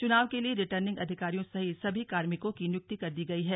चुनाव के लिए रिटर्निंग अधिकारियों सहित सभी कार्मिको की नियुक्ति कर दी गयी है